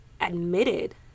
admitted